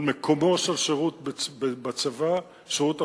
על מקומו של שירות בצבא, שירות החובה,